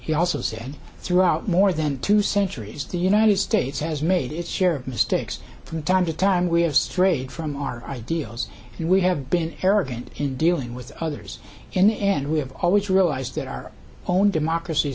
he also said throughout more than two centuries the united states has made its share of mistakes from time to time we have strayed from our ideals we have been arrogant in dealing with others and we have always realized that our own democracy